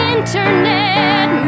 Internet